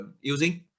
using